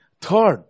Third